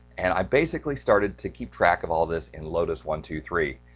and i basically started to keep track of all this in lotus one two three.